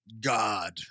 God